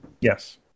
Yes